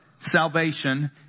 salvation